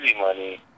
money